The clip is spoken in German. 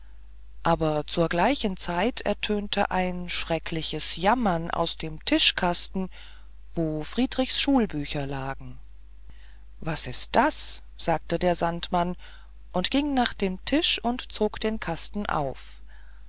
aber zu gleicher zeit ertönte ein erschreckliches jammern aus dem tischkasten wo friedrichs schulbücher lagen was ist das sagte der sandmann und ging nach dem tisch und zog den kasten auf